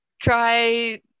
try